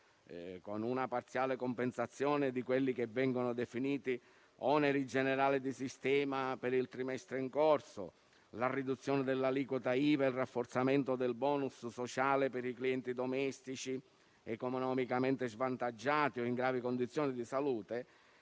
con una parziale compensazione di quelli che vengono definiti oneri generali di sistema per il trimestre in corso, con la riduzione dell'aliquota IVA e il rafforzamento del *bonus* sociale per i clienti domestici economicamente svantaggiati o in gravi condizioni di salute,